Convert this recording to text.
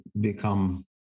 become